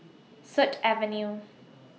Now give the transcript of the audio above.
Sut Avenue